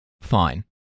fine